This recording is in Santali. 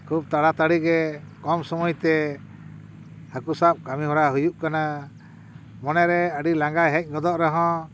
ᱠᱷᱩᱵ ᱛᱟᱲᱟᱛᱟᱲᱤᱜᱮ ᱠᱚᱢ ᱥᱚᱢᱚᱭ ᱛᱮ ᱦᱟᱹᱠᱩ ᱥᱟᱵ ᱠᱟᱹᱢᱤ ᱦᱚᱨᱟ ᱦᱩᱭᱩᱜ ᱠᱟᱱᱟ ᱢᱚᱱᱮ ᱨᱮ ᱟᱹᱰᱤ ᱞᱟᱸᱜᱟ ᱦᱮᱡ ᱜᱚᱫᱚᱜ ᱨᱮᱦᱚᱸ